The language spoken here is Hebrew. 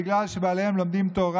בגלל שבעליהן לומדים תורה.